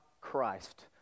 Christ